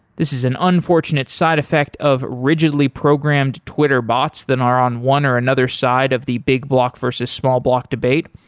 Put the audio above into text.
this is an unfortunate side effect of rigidly programmed twitter bots that are on one or another side of the big block versus small block debate,